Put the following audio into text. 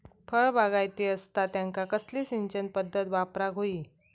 फळबागायती असता त्यांका कसली सिंचन पदधत वापराक होई?